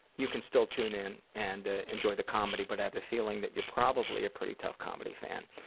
you can still tune in and ah enjoy the comedy, but i have a feeling that you're probably a pretty tough comedy fan.